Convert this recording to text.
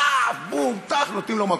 פאח, בום, טאח, נותנים לו מכות.